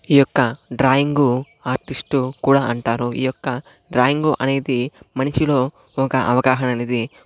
ఈ యొక్క drawing artist కూడా అంటారు ఈ యొక్క డ్రాయింగ్ అనేది మనిషిలో ఒక అవగాహన అనేది